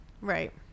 right